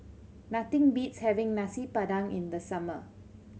nothing beats having Nasi Padang in the summer